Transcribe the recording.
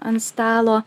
ant stalo